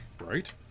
right